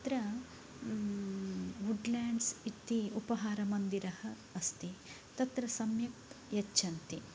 अत्र Woodlands इति उपहारमन्दिरः अस्ति तत्र सम्यक् यच्छन्ति